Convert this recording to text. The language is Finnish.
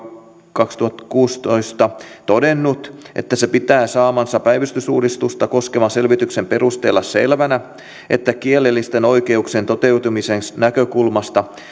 kaksituhattakuusitoista todennut että se pitää saamansa päivystysuudistusta koskevan selvityksen perusteella selvänä että kielellisten oikeuksien toteutumisen näkökulmasta